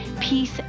peace